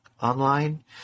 online